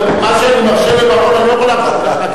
מה שאני מרשה לבר-און אני לא יכול להרשות לך,